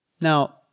Now